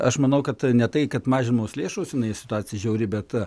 aš manau kad ne tai kad mažinamos lėšos jinai situacija žiauri bet